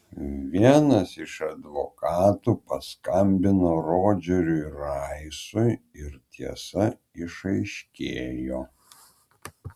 vienas iš advokatų paskambino rodžeriui raisui ir tiesa išaiškėjo